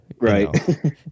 Right